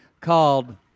called